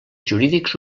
jurídics